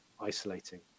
isolating